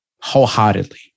wholeheartedly